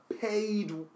paid